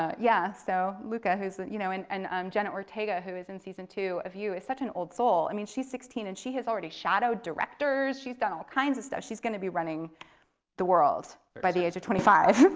ah yeah so luca, who's you know and um jenna ortega, who's in season two of you is such an old soul. i mean she's only sixteen and she's already shadowed directors, she's done all kinds of stuff. she's going to be running the world by the age of twenty five.